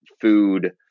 food –